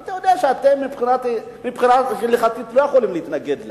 אתה יודע שאתם מבחינה הלכתית לא יכולים להתנגד לה,